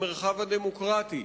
המרחב הדמוקרטי,